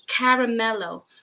Caramello